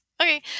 Okay